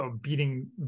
beating